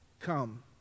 come